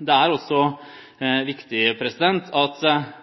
Det er også viktig at